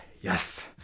Yes